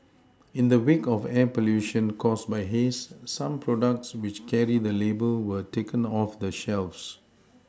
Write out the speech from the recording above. in the wake of air pollution caused by haze some products which carry the label were taken off the shelves